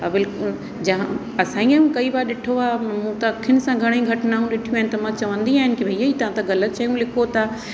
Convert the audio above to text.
बिल्कुलु जहां असां ईअं कई बार ॾिठो आहे मूं त अखियुनि सां घणई घटनाऊं ॾिठियूं आहिनि त मां चवंदी आहियां कि भैया हीउ तव्हां त ग़लति शयूं लिखो था